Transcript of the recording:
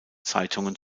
zeitungen